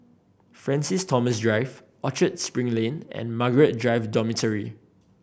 Francis Thomas Drive Orchard Spring Lane and Margaret Drive Dormitory